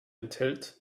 enthält